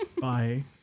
Bye